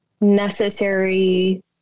necessary